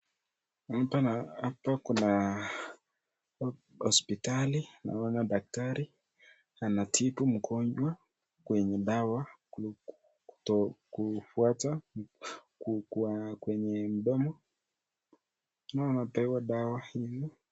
Hapa kuna hospitali, naona daktari anatibu mgonjwa kwenye dawa kufuata kwenye mdomo. Naona anapewa dawa.